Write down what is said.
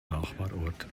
nachbarort